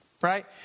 Right